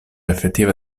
effettiva